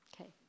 Okay